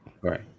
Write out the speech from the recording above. Right